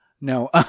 no